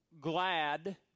glad